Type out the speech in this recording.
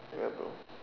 ya bro